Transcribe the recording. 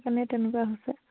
সেইকাৰণে তেনেকুৱা হৈছে